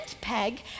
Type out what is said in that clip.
peg